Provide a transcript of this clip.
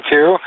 Two